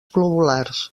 globulars